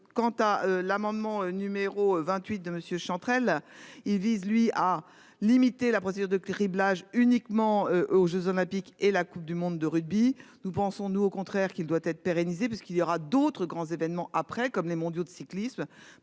Quant à l'amendement numéro 28 de monsieur Chantrel, il vise lui a limité la procédure de criblage uniquement aux Jeux olympiques et la Coupe du monde de rugby. Nous pensons, nous au contraire qu'il doit être pérennisé, parce qu'il y aura d'autres grands événements après comme les Mondiaux de cyclisme